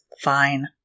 Fine